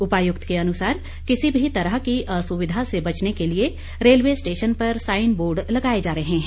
उपायुक्त के अनुसार किसी भी तरह की असुविधा से बचने के लिए रेलवे स्टेशन पर साईन बोर्ड लगाए जा रहे हैं